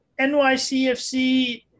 NYCFC